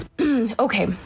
okay